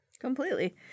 completely